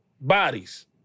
Bodies